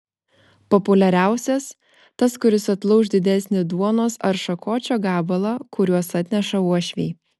populiariausias tas kuris atlauš didesnį duonos ar šakočio gabalą kuriuos atneša uošviai